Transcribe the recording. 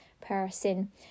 person